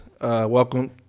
welcome